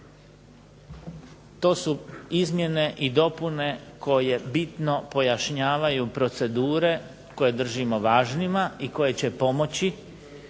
to su izmjene i dopune koje bitno pojašnjavaju procedure koje držimo važnima i koje će pomoći